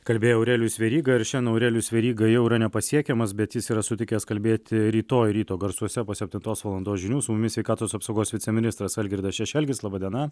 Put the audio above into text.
kalbėjo aurelijus veryga ir šiandien aurelijus veryga jau yra nepasiekiamas bet jis yra sutikęs kalbėti rytoj ryto garsuose po septintos valandos žinių su mumis sveikatos apsaugos viceministras algirdas šešelgis laba diena